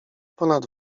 ponad